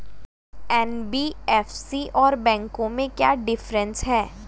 NBFC और बैंकों में क्या डिफरेंस है?